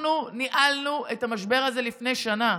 אנחנו ניהלנו את המשבר הזה לפני שנה,